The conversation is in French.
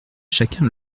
chacun